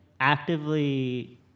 actively